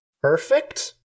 Perfect